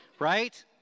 Right